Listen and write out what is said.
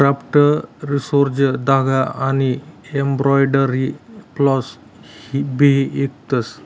craft resources धागा आनी embroidery floss भी इकतस